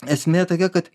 esmė tokia kad